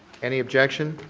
any objection?